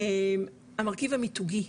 המרכיב המיתוגי,